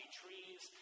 trees